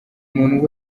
muntu